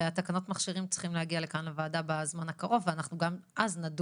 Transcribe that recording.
ותקנות המכשירים צריכות להגיע לוועדה בזמן הקרוב וגם אז נדון.